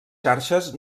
xarxes